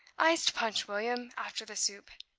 iced punch, william, after the soup.